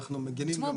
תשמעו,